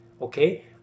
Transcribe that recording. okay